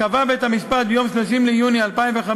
קבע בית-המשפט ביום 30 ביוני 2015